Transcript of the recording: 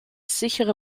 sichere